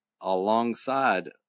alongside